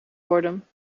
worden